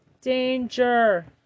danger